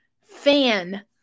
fan